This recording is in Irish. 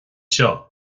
seo